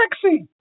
sexy